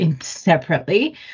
separately